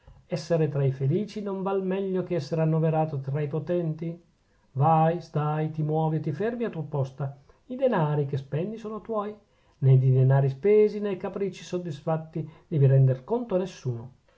essere tra i felici non val meglio che essere annoverato tra i potenti vai stai ti muovi e ti fermi a tua posta i denari che spendi sono tuoi nè di denari spesi nè di capricci soddisfatti devi render conto a nessuno